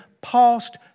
past